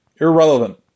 Irrelevant